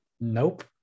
nope